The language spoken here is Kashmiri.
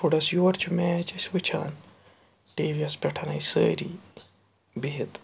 فُڈس یورٕ چھِ میچ أسۍ وٕچھان ٹی وی یَس پٮ۪ٹھَنٕے سٲری بِہِتھ